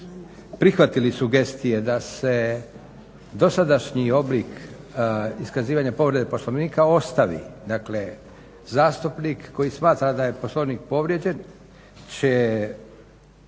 prihvatili sugestije da se dosadašnji oblik iskazivanja povrede Poslovnika ostavi, dakle zastupnik koji smatra da je Poslovnik povrijeđen će